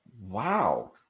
Wow